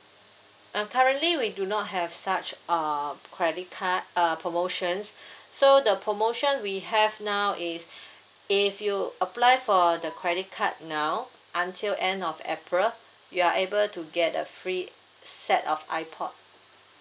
um currently we do not have such uh credit card uh promotions so the promotion we have now is if you apply for the credit card now until end of april you are able to get a free set of ipod